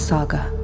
Saga